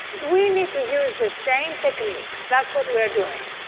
we need to use the same techniques. that's what we are doing,